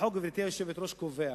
החוק, גברתי היושבת-ראש, קובע